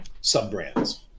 sub-brands